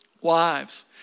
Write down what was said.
Wives